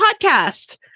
podcast